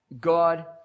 God